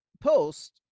post